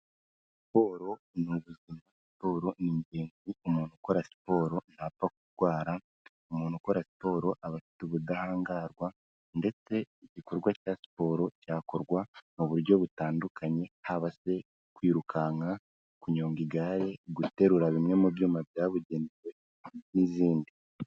Siporo ni ubuzima. Siporo ni ingenzi, umuntu ukora siporo ntapfa kurwara, umuntu ukora siporo aba afite ubudahangarwa ndetse igikorwa cya siporo cyakorwa mu buryo butandukanye haba se kwirukanka, kunyonga igare, guterura bimwe mu byuma byabugenewe n'izindi.